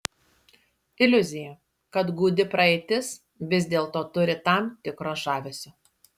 iliuzija kad gūdi praeitis vis dėlto turi tam tikro žavesio